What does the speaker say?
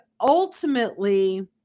Ultimately